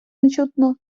нечутно